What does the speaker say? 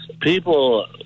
People